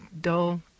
dull